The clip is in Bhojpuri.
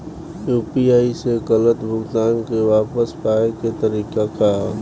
यू.पी.आई से गलत भुगतान के वापस पाये के तरीका का ह?